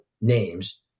names